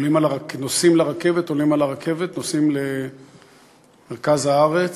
נוסעים לרכבת, עולים על הרכבת, נוסעים למרכז הארץ,